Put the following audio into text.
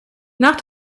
nach